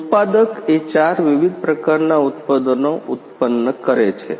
ઉત્પાદક ચાર વિવિધ પ્રકારના ઉત્પાદનો છે